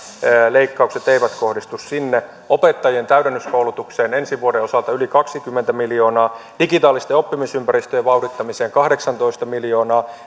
leikkaukset eivät kohdistu sinne opettajien täydennyskoulutukseen ensi vuoden osalta yli kaksikymmentä miljoonaa digitaalisten oppimisympäristöjen vauhdittamiseen kahdeksantoista miljoonaa